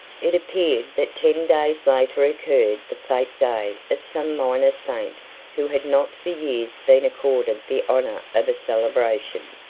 it appeared that ten days later occurred the fete day of some minor saint who had not for years been accorded the honor of a celebration.